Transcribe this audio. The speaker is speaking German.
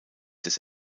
des